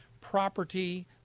property